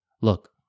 look